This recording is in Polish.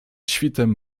świtem